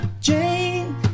Jane